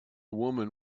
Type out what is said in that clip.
woman